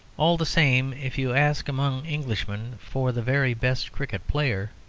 all the same, if you ask among englishmen for the very best cricket-player,